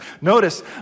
Notice